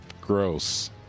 gross